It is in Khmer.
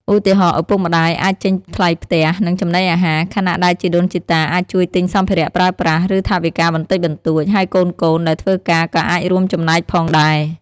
ឧទាហរណ៍ ឪពុកម្តាយអាចចេញថ្លៃផ្ទះ និងចំណីអាហារ ខណៈដែលជីដូនជីតាអាចជួយទិញសម្ភារៈប្រើប្រាស់ ឬថវិកាបន្តិចបន្តួច ហើយកូនៗដែលធ្វើការក៏អាចរួមចំណែកផងដែរ។